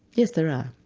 yes there are.